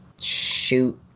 shoot